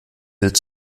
wild